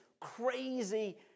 crazy